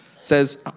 says